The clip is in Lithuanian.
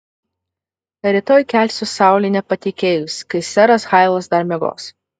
rytoj kelsiu saulei nepatekėjus kai seras hailas dar miegos